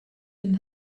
and